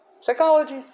psychology